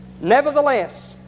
nevertheless